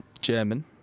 German